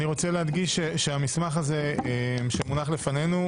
אני רוצה להדגיש שהמסמך הזה שמונח לפנינו,